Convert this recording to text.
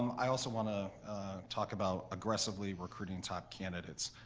i also want to talk about aggressively recruiting top candidates.